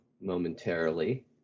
momentarily